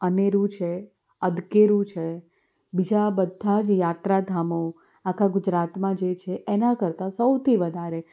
અનેરું છે અદકેરું છે બીજા બધાં જ યાત્રાધામો આખા ગુજરાતમાં જે છે એનાં કરતાં સૌથી વધારે